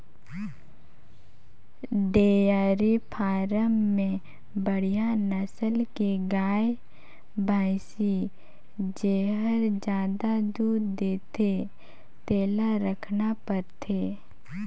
dairy farm में बड़िहा नसल के गाय, भइसी जेहर जादा दूद देथे तेला रखना परथे